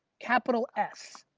capital s.